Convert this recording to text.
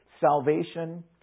salvation